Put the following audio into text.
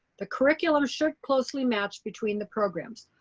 the curriculum should closely match between the programs.